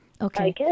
okay